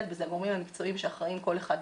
בזה עם הגורמים המקצועיים שאחראים כל אחד בתחומו.